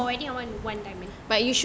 but for wedding I want one diamond